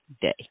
day